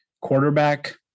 quarterback